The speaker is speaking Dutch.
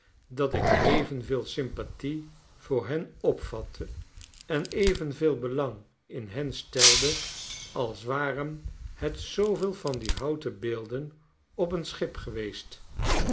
dat ik evenveel sympathie voor hen opvatte en evenveel belang in hen stelde als waren het zooveel van die houten beelden op een schip geweest